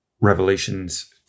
revelations